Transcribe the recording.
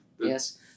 Yes